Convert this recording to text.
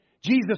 Jesus